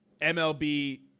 mlb